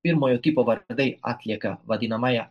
pirmojo tipo vardai atlieka vadinamąją